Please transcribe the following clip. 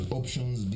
options